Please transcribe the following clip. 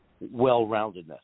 well-roundedness